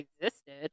existed